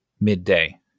midday